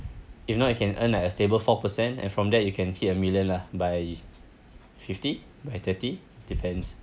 if not you can earn like a stable four per cent and from that you can hit a million lah by fifty by thirty depends